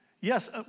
yes